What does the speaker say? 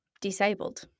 disabled